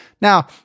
Now